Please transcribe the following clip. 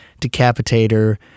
Decapitator